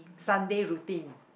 Sunday routine